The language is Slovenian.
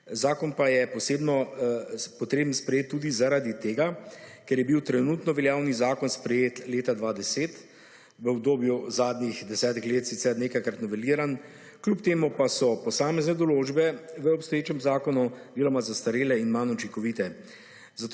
zakon pa je posebno potreben sprejet tudi zaradi tega, ker je bil trenutno veljavni zakon sprejet leta 2010 v obdobju zadnjih desetih let sicer nekajkrat noveliran, kljub temu pa so posamezne določbe v obstoječem zakonu deloma zastarele in manj učinkovite,